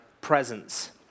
presence